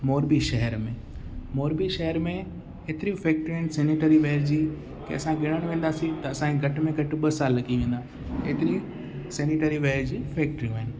मोर्बी शहर में मोर्बी शहर में हेतरियूं फैक्ट्रियूं आहिनि सेनेटरीवेयर जी कंहिं असां गिणणु वेंदासीं त असांखे घट में घट ॿ साल लॻी वेंदा एतिरियूं सेनेटरीवेयर जी फैक्ट्रियूं आहिनि